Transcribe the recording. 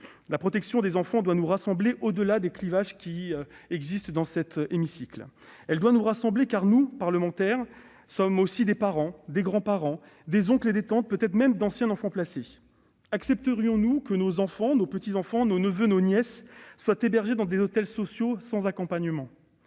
La protection des enfants doit nous rassembler au-delà des clivages qui existent au sein de cet hémicycle, car nous, parlementaires, sommes aussi des parents, des grands-parents, des oncles et des tantes et peut-être même d'anciens enfants placés. Or accepterions-nous que nos enfants, nos petits-enfants, nos neveux, nos nièces soient hébergés dans des hôtels sociaux sans accompagnement ?